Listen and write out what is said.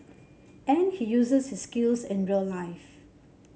and he uses his skills in real life